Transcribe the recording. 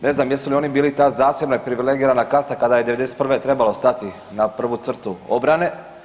Ne znam jesu li oni bili ta zasebna privilegirana kasta kada je '91. trebalo stati na prvu crtu obrane?